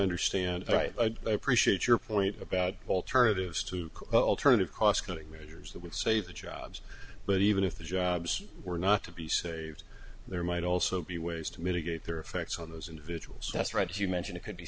understand right appreciate your point about alternatives to alternative cost cutting measures that would save the jobs but even if the jobs were not to be saved there might also be ways to mitigate their effects on those individuals that's right you mentioned it could be